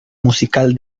musical